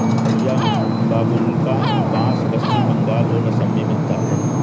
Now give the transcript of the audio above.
भईया बाबुल्का बास पश्चिम बंगाल और असम में मिलता है